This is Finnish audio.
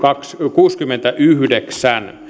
kuusikymmentäyhdeksän